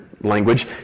language